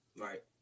Right